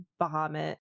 Bahamut